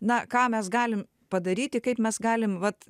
na ką mes galim padaryti kaip mes galim vat